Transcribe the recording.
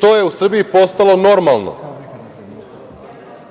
To je u Srbiji postalo normalno.